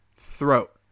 throat